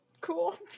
cool